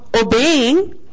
obeying